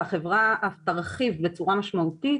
והחברה אף תרחיב בצורה משמעותית